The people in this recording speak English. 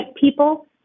people